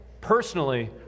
personally